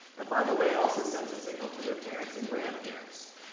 and by the way, it also sends a signal to their parents and grandparents.